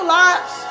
lives